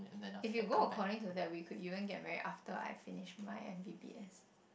if you go according to the week we could even get married after I finish my M_B_B_S